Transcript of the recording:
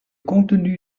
contenu